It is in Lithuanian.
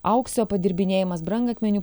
aukso padirbinėjimas brangakmenių